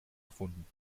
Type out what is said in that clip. erfunden